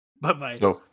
Bye-bye